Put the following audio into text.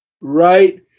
right